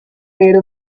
made